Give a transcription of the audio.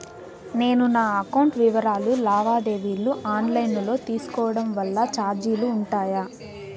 నేను నా అకౌంట్ వివరాలు లావాదేవీలు ఆన్ లైను లో తీసుకోవడం వల్ల చార్జీలు ఉంటాయా?